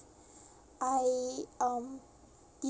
I um